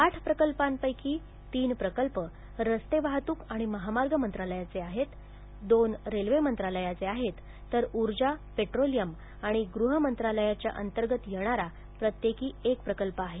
आठ प्रकल्पांपैकी तीन रस्ते वाहतूक आणि महामार्ग मंत्रालयाचे आहेत दोन रेल्वे मंत्रालयाचे आहेत तर ऊर्जा पेट्रोलियम आणि गृह या मंत्रालयाच्या अंतर्गत येणारा प्रत्येकी एक प्रकल्प आहे